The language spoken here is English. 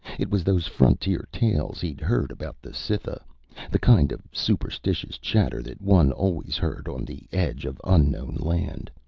it was those frontier tales he'd heard about the cytha the kind of superstitious chatter that one always heard on the edge of unknown land.